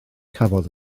cafodd